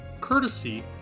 courtesy